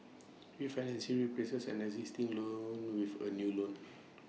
refinancing replaces an existing loan with A new loan